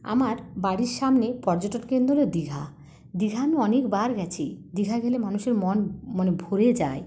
আমার বাড়ির সামনে পর্যটনকেন্দ্র দীঘা দীঘা আমি অনেকবার গেছি দীঘা গেলে মানুষের মন মানে ভরে যায়